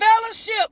fellowship